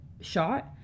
shot